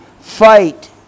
Fight